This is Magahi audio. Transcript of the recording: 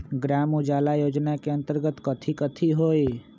ग्राम उजाला योजना के अंतर्गत कथी कथी होई?